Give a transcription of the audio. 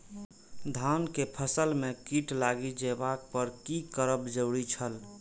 धान के फसल में कीट लागि जेबाक पर की करब जरुरी छल?